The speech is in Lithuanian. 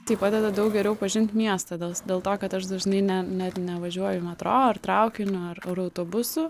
tai padeda daug geriau pažint miestą dėl to kad aš dažnai ne ne nevažiuoju metro ar traukiniu ar ar autobusu